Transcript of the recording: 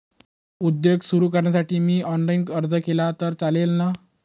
उद्योग सुरु करण्यासाठी मी ऑनलाईन अर्ज केला तर चालेल ना?